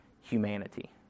humanity